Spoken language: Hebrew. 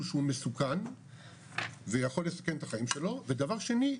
שהוא מסוכן ויכול לסכן את החיים שלו ודבר שני,